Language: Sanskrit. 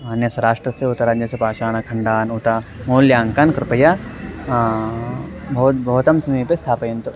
अन्यस्य राष्ट्रस्य उत राज्यस्य पाषाणखण्डान् उत्तमं मौल्याङ्कान् कृपया भवतां समीपे स्थापयन्तु